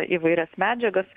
įvairias medžiagas